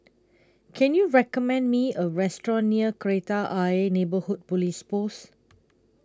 Can YOU recommend Me A Restaurant near Kreta Ayer Neighbourhood Police Post